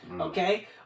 Okay